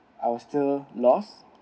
I was still lost